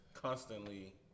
Constantly